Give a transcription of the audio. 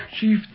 Chief